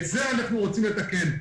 את זה אנחנו רוצים לתקן.